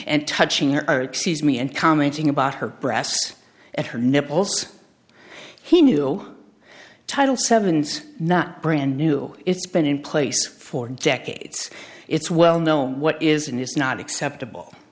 and touching her oh excuse me and commenting about her breasts at her nipples he knew title seven's not brand new it's been in place for decades it's well known what is and is not acceptable